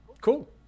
cool